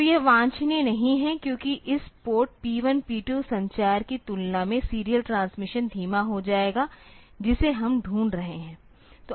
तो यह वांछनीय नहीं है क्योंकि इस पोर्ट P1 P2 संचार की तुलना में सीरियल ट्रांसमिशन धीमा हो जाएगा जिसे हम ढूंढ रहे हैं